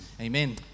amen